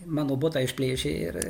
mano butą išplėšė ir